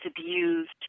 abused